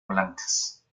blancas